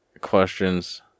questions